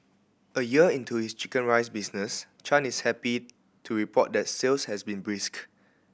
a year into his chicken rice business Chan is happy to report that sales has been brisk